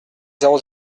zéro